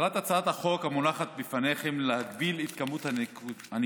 מטרת הצעת החוק המונחת בפניכם להגביל את כמות הניקוטין,